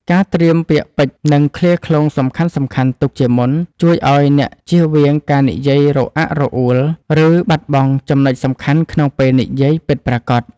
ការត្រៀមពាក្យពេចន៍ និងឃ្លាឃ្លោងសំខាន់ៗទុកជាមុន ជួយឱ្យអ្នកជៀសវាងការនិយាយរអាក់រអួល ឬបាត់បង់ចំណុចសំខាន់ក្នុងពេលនិយាយពិតប្រាកដ។